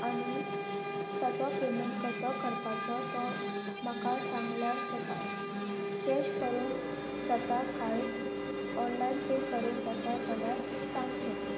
आनी ताचो पेमेंट कसो करपाचो तो म्हाका सांगल्यार जाता कॅश करूंक जाता काय ऑनलायन पे करूंक जाता जाल्यार सांगचें